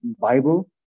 Bible